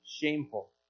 shameful